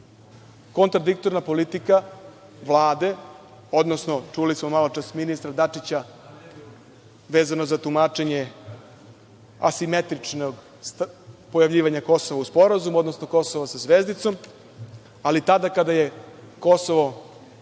Kontradiktorna politika Vlade, odnosno, čuli smo malopre ministra Dačića vezano za tumačenje asimetričnog pojavljivanja Kosova u sporazumu, odnosno Kosova sa zvezdicom, ali tada kada je Kosovo